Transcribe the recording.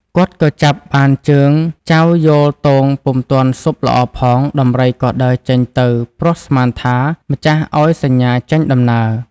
គាត់ក៏ចាប់បានជើងចៅយោលទោងពុំទាន់ស៊ប់ល្អផង ដំរីក៏ដើរចេញទៅព្រោះស្មានថា ម្ចាស់ឱ្យសញ្ញាចេញដំណើរ។